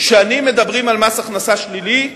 שנים מדברים על מס הכנסה שלילי,